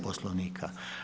Poslovnika.